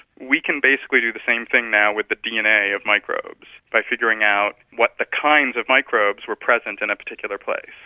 we can basically do the same thing now with the dna of microbes by figuring out what kinds of microbes were present in a particular place,